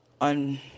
on